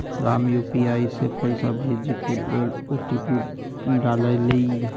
Ram UPI से पइसा भेजे के लेल ओ.टी.पी डाललई